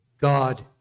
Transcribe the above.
God